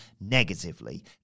negatively